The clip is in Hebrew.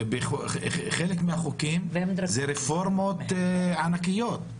מה גם שחלק מהחוקים הם רפורמות ענקיות.